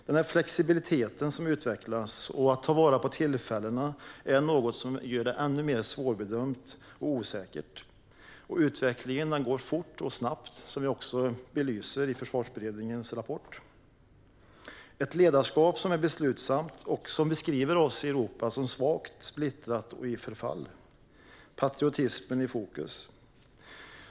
Den flexibilitet som utvecklas och förmågan att ta vara på givna tillfällen är något som gör det hela än mer svårbedömt och osäkert. Utvecklingen går snabbt, vilket vi i Försvarsberedningen också belyser i vår rapport. Ryssland har ett ledarskap som är beslutsamt och som beskriver oss i Europa som svaga, splittrade och i förfall. Patriotismen är i fokus.